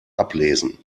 ablesen